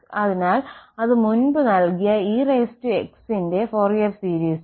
അതിനാൽ അത് മുൻപു നൽകിയ ex ന്റെ ഫൊറിയർ സീരീസാണ്